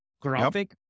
graphic